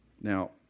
Now